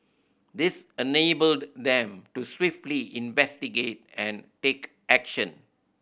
this enabled them to swiftly investigate and take action